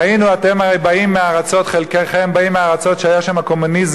הרי חלקכם באים מארצות שהיה שם קומוניזם,